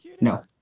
No